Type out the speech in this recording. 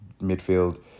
midfield